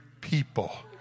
people